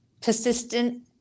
persistent